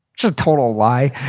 so total lie.